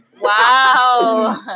wow